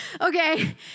okay